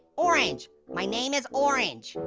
orange. my name is orange.